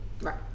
right